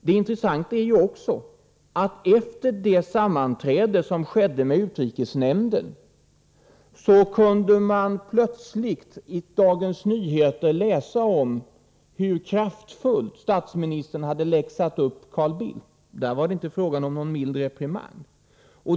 Det intressanta är ju också att efter det sammanträde som hölls i Ptrikesnämnden kunde man plötsligt i Dagens Nyheter läsa om hur kraftfullt statsministern hade läxat upp Carl Bildt. Där var det inte fråga om någon mild reprimand.